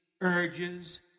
urges